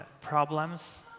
problems